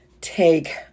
take